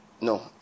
No